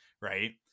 right